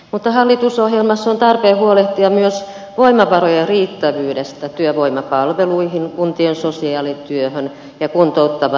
mutta hallitusohjelmassa on tarpeen huolehtia myös voimavarojen riittävyydestä työvoimapalveluihin kuntien sosiaalityöhön ja kuntouttavaan työtoimintaan